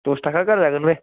दस थाखा गारजागोन बे